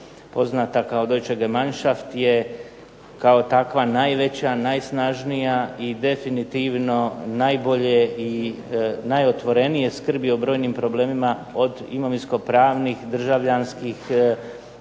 poznata kao Deutsche Gemeinschaft je kao takva najveća, najsnažnija i definitivno najbolje i najotvorenije skrbi o brojnim problemima, od imovinskopravnih, državljanskih,